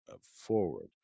forward